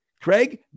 Craig